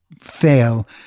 fail